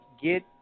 get